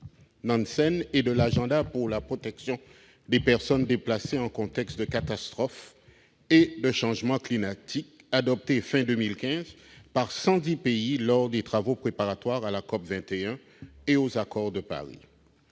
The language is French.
Nansen et de l'agenda pour la protection des personnes déplacées en contexte de catastrophes et de changement climatique, adopté à la fin de 2015 par 110 pays, lors des travaux préparatoires à la COP21 et aux accords de Paris.